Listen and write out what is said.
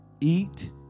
eat